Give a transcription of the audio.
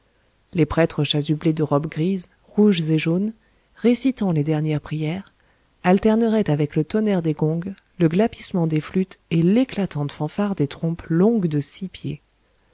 les prêtres chasublés de robes grises rouges et jaunes récitant les dernières prières alterneraient avec le tonnerre des gongs le glapissement des flûtes et l'éclatante fanfare des trompes longues de six pieds